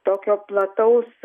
tokio plataus